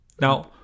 Now